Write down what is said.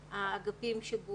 האגפים של גור,